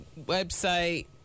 website